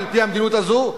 על-פי המדיניות הזאת,